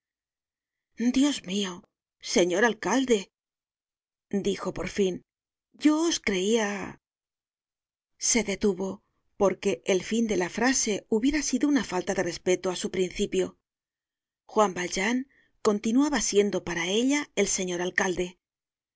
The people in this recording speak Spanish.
dios mio señor alcalde dijo por fin yo os creia se detuvo porque el fin de la frase hubiera sido una falta de respeto á su principio juan valjean continuaba siendo para ella el señor alcalde